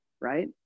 right